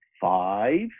five